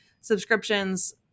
subscriptions